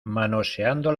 manoseando